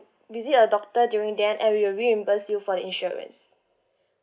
visit a doctor during that and we will reimburse you for the insurance